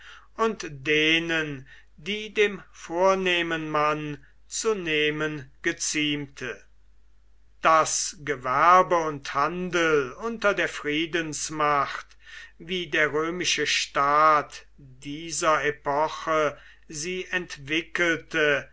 und denen die dem vornehmen mann zu nehmen geziemte das gewerbe und handel unter der friedensmacht wie der römische staat dieser epoche sie entwickelte